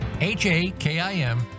H-A-K-I-M